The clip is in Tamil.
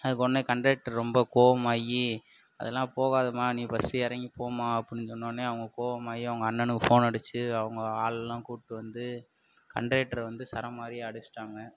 அதுக்கு உடனே கன்டெக்ட்டர் ரொம்ப கோபமாயி அதுலாம் போகாதுமா நீ ஃபர்ஸ்ட்டு இறங்கி போம்மா அப்படின்னு சொன்னோடனே அவங்க கோபமாயி அவங்க அண்ணனுக்கு ஃபோன் அடித்து அவங்க ஆள்லாம் கூப்பிட்டு வந்து கன்டெக்ட்டரை வந்து சரமாரியாக அடிச்சிடாங்க